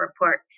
report